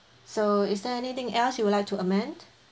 so is there anything else you would like to amend